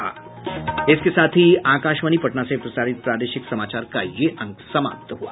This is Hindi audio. इसके साथ ही आकाशवाणी पटना से प्रसारित प्रादेशिक समाचार का ये अंक समाप्त हुआ